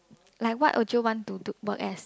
like what would you want to do work as